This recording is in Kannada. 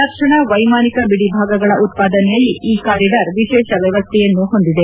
ರಕ್ಷಣಾ ವೈಮಾನಿಕ ಬಿಡಿ ಭಾಗಗಳ ಉತ್ಪಾದನೆಯಲ್ಲಿ ಈ ಕಾರಿಡಾರ್ ವಿಶೇಷ ವ್ಲವಸ್ಥೆಯನ್ನು ಹೊಂದಿದೆ